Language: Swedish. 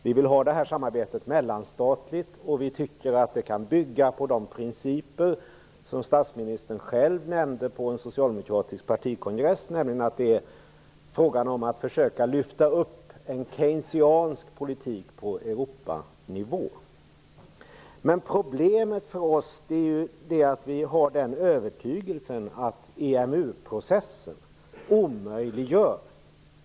Vi vill att det här samarbetet skall vara mellanstatligt, och vi tycker att det kan bygga på de principer som statsministern själv nämnde på en socialdemokratisk partikongress, nämligen att det är fråga om försök att lyfta upp en Keynesiansk politik på Europanivå. Men problemet för oss är att vi har den övertygelsen att EMU-processen omöjliggör detta.